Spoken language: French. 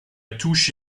touche